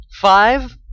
Five